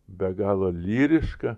be galo lyriška